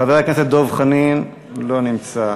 חבר הכנסת דב חנין, לא נמצא.